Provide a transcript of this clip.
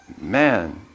man